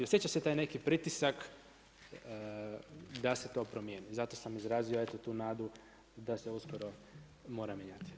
Osjeća se taj neki pritisak da se to promijeni, zato sam izrazio eto tu nadu da se uskoro mora mijenjati.